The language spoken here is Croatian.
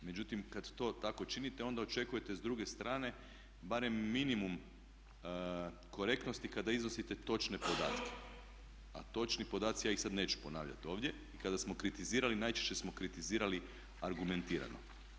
Međutim, kad to tako činite onda očekujte s druge strane barem minimum korektnosti kada iznosite točne podatke, a točni podaci, ja ih sad neću ponavljati ovdje, kada smo kritizirali najčešće smo kritizirali argumentirano.